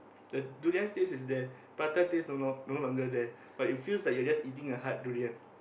the durian's taste is there prata taste no long no longer there but it feels like you're just eating a hard durian